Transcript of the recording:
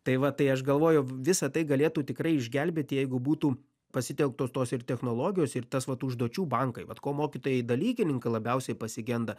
tai va tai aš galvoju visa tai galėtų tikrai išgelbėti jeigu būtų pasitelktos tos ir technologijos ir tas vat užduočių bankai vat ko mokytojai dalykininkai labiausiai pasigenda